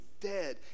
dead